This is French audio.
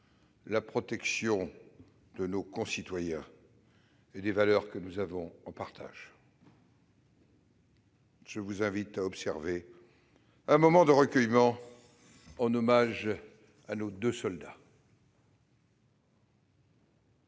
la protection de nos concitoyens et des valeurs que nous avons en partage. Je vous invite à observer un moment de recueillement en hommage à nos deux soldats.